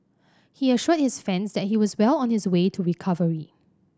he assured his fans that he was well on his way to recovery